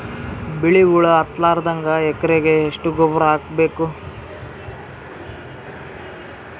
ಬಿಳಿ ಹುಳ ಹತ್ತಲಾರದಂಗ ಎಕರೆಗೆ ಎಷ್ಟು ಗೊಬ್ಬರ ಹಾಕ್ ಬೇಕು?